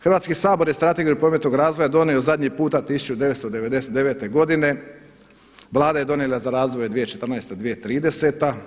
Hrvatski sabor je Strategiju prometnog razvoja donio zadnji puta 1999. godine, Vlada je donijela za razvoj 2014.-ta, 2030.